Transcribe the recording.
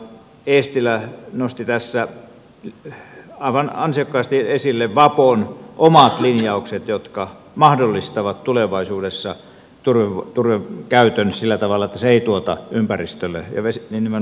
edustaja eestilä nosti tässä aivan ansiokkaasti esille vapon omat linjaukset jotka mahdollistavat tulevaisuudessa turpeen käytön sillä tavalla että se ei tuota ympäristölle ja nimenomaan vesistöille ongelmia